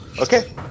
Okay